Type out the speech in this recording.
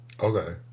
Okay